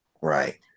right